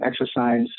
exercise